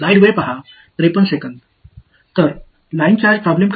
எனவே ஒரு line charge சிக்கலை பார்ப்போம்